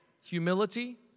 humility